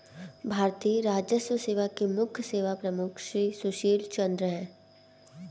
भारतीय राजस्व सेवा के मुख्य सेवा प्रमुख श्री सुशील चंद्र हैं